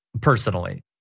personally